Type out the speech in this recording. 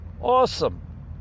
Awesome